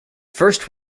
first